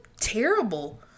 terrible